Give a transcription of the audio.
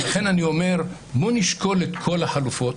לכן, אני אומר שנשקול את כל החלופות.